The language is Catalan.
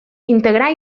integrar